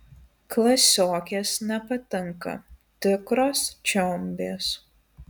klasiokės nepatinka tikros čiombės